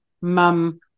mum